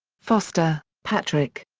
foster, patrick.